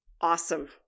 Awesome